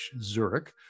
Zurich